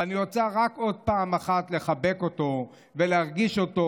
ואני רוצה רק עוד פעם אחת לחבק אותו ולהרגיש אותו.